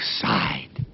side